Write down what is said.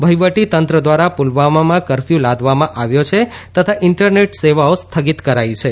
વહીવટી તંત્ર દ્વારા પુલવામામાં કર્ફર્યું લાદવામાં આવ્યો છે તથા ઇન્ટરનેટ સેવાઓ સ્થગિત કરાઈ છે